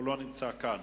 הוא לא נמצא כאן.